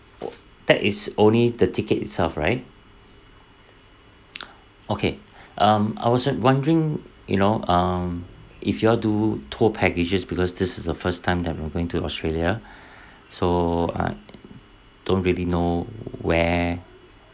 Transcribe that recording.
oh that is only the ticket itself right okay um I was won~ wondering you know um if you all do tour packages because this is the first time that I'm going to australia so I don't really know where